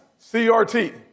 CRT